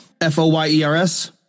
F-O-Y-E-R-S